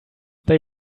they